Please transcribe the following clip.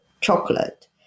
chocolate